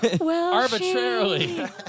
arbitrarily